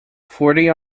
forty